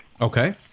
Okay